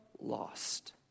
lost